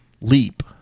leap